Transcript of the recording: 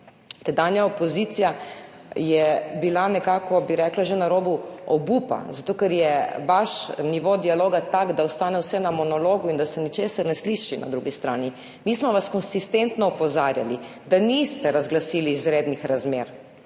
Tedanja opozicija je bila nekako, bi rekla, že na robu obupa, zato ker je vaš nivo dialoga tak, da ostane vse na monologu in da se ničesar ne sliši na drugi strani. Mi smo vas konsistentno opozarjali, da niste razglasili izrednih razmer,